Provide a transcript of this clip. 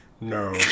no